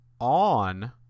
on